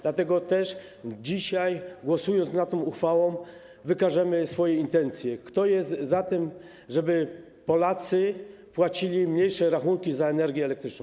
Dlatego też dzisiaj, głosując nad tą uchwałą, wykażemy swoje intencje: kto jest za tym, żeby Polacy płacili mniejsze rachunki za energię elektryczną.